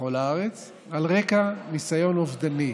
בכל הארץ, על רקע ניסיון אובדני.